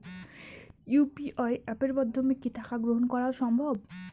UPI অ্যাপের মাধ্যমে কি টাকা গ্রহণ করাও সম্ভব?